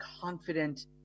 confident